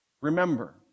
remember